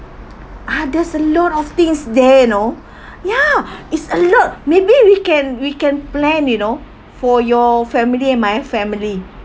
others a lot of things there you know ya it's a lot maybe we can we can plan you know for your family and my family